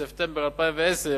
ספטמבר 2010,